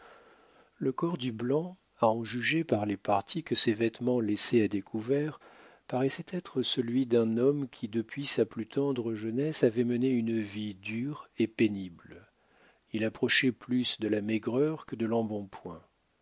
le corps du blanc à en juger par les parties que ses vêtements laissaient à découvert paraissait être celui d'un homme qui depuis sa plus tendre jeunesse avait mené une vie dure et pénible il approchait plus de la maigreur que de l'embonpoint